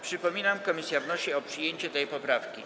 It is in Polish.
Przypominam, że komisja wnosi o przyjęcie tej poprawki.